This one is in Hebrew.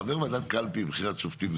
חבר ועדת קלפי בחירת שופטים,